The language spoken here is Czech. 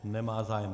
Nemá zájem.